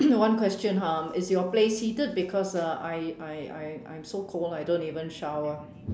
one question um is your place heated because uh I I I I'm so cold I don't even shower